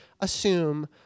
assume